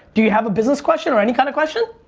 do you have a business question, or any kind of question?